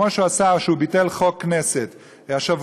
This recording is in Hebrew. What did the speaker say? כמו שהוא עשה כשהוא ביטל חוק כנסת השבוע,